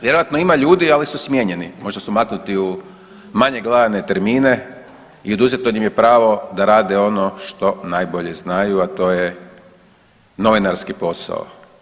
Vjerojatno ima ljudi ali su smijenjeni, možda su maknuti u manje gledane termine i oduzeto im je pravo da rade ono što najbolje znaju, a to je novinarski posao.